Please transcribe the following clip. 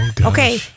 Okay